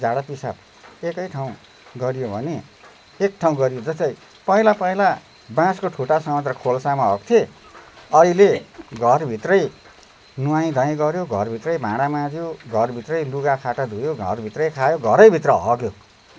झाडापिसाब एकै ठाउँ गरियो भने एक ठाउँ गरिँदा जस्तै पहिला पहिला बाँसको ठुटा समातेर खोल्सामा हग्थे अहिले घरभित्रै नुहाई धुवाई गऱ्यो घरभित्रै भाँडा माझ्यो घरभित्रै लुगाफाटा धोयो घरभित्रै खायो घरैभित्र हग्यो